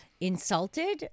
insulted